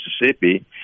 Mississippi